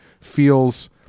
feels